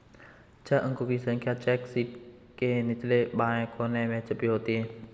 छह अंकों की संख्या चेक शीट के निचले बाएं कोने में छपी होती है